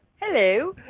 Hello